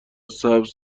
سبز